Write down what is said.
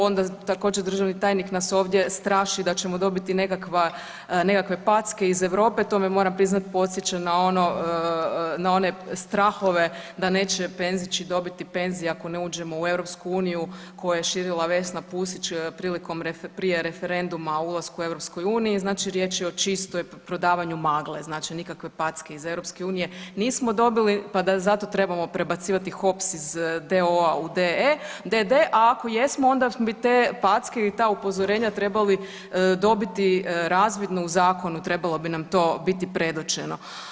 Onda također državni tajnik nas ovdje straši da ćemo dobiti nekakve packe iz Europe, to me moram priznat podsjeća na one strahove da neće penzići dobiti penzije ako ne uđemo u EU koje je širila Vesna Pusić prilikom, prije referenduma o ulasku u EU, znači riječ je o čistoj, prodavanju magle, znači nikakve packe iz EU nismo dobili pa da za to trebamo prebacivati HOPS iz d.o.o. u d.d., a ako jesmo onda bi te packe ili ta upozorenja trebali dobiti razvidno u zakonu, trebalo bi nam to biti predočeno.